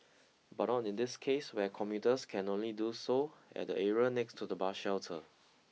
but on in this case where commuters can only do so at the area next to the bus shelter